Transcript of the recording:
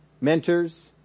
mentors